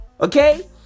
Okay